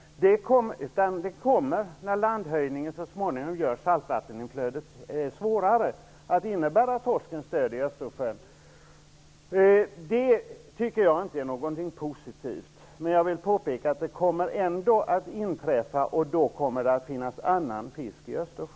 När landhöjningen så småningom försvårar saltvatteninflödet, kommer torsken att dö ut i Östersjön. Jag tycker inte att det är något positivt, men jag vill påpeka att det ändå kommer att inträffa, och då kommer det att finnas annan fisk i